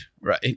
right